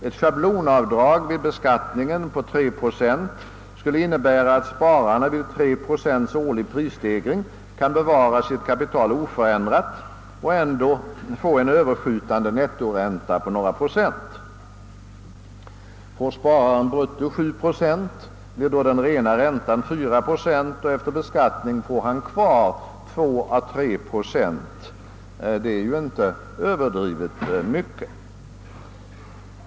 Ett schablonavdrag på 3 procent vid beskattning skulle innebära, att spararna vid 3 procents årlig prisstegring kunde bevara sitt kapital oförändrat och ändå finge en överskjutande nettoränta på några procent. Får spararen brutto 7 procent, blir den »rena» räntan 4 procent, och efter beskattning finge han kvar 2 å 3 procent — det är ju inte överdrivet mycket.